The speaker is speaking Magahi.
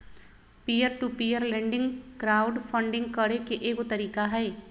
peer to peer lending crowd funding करे के एगो तरीका हई